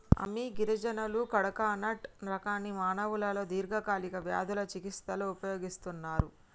అమ్మి గిరిజనులు కడకనట్ రకాన్ని మానవులలో దీర్ఘకాలిక వ్యాధుల చికిస్తలో ఉపయోగిస్తన్నరు